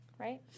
Right